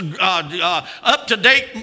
up-to-date